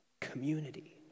community